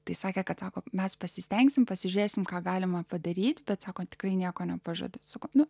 tai sakė kad sako mes pasistengsime pasižiūrėsime ką galima padaryti tad sakant kai nieko nepažadu sakau nu